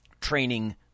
training